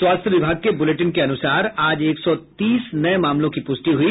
स्वास्थ्य विभाग के बुलेटिन के अनुसार आज एक सौ तीस नये मामलों की पुष्टि हुई